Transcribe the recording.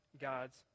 god's